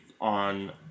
on